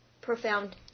Profound